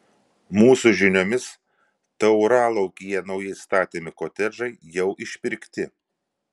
mūsų žiniomis tauralaukyje naujai statomi kotedžai jau išpirkti